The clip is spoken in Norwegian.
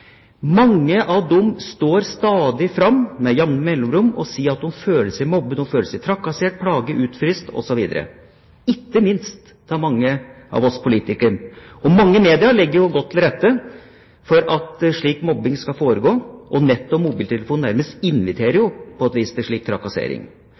Mange av dem står med jamne mellomrom fram og sier at de føler seg mobbet, at de føler seg trakassert, plaget, utfrosset osv., ikke minst av mange politikere. Mange medier legger jo godt til rette for at slik mobbing skal foregå, og nettet og mobiltelefonen inviterer jo nærmest